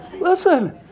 Listen